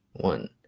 one